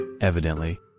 evidently